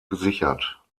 gesichert